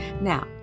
Now